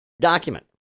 document